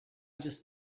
just